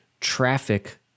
traffic